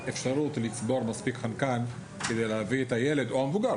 אפשרות לצבור מספיק חנקן כדי להביא את הילד או את המבוגר,